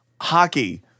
Hockey